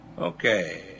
Okay